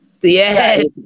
Yes